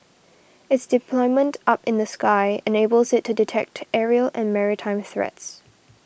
it's deployment up in the sky enables it to detect aerial and maritime threats